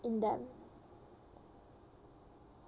in them